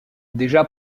déjà